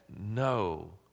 no